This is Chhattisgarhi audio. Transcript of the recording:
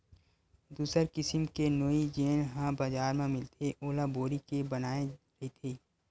दूसर किसिम के नोई जेन ह बजार म मिलथे ओला बोरी के बनाये रहिथे